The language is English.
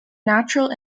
natural